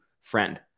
friend